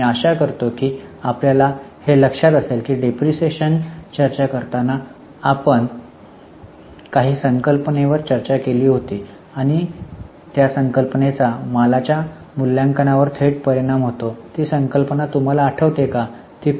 मी आशा करतो की आपल्याला हे लक्षात असेल की डिप्रीशीएशन चर्चा करताना आपण काही संकल्पनेवर चर्चा केली होती आणि त्या संकल्पनेचा मालाच्या मूल्यांकनावर थेट परिणाम होतो ती संकल्पना तुम्हाला आठवते काय